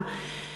תעודה מזהה),